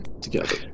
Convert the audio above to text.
together